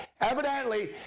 Evidently